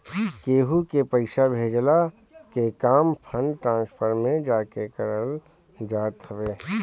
केहू के पईसा भेजला के काम फंड ट्रांसफर में जाके करल जात हवे